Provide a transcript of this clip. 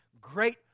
great